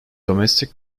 domestic